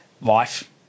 life